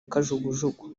kajugujugu